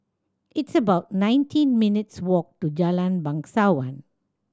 it's about nineteen minutes' walk to Jalan Bangsawan